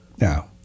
Now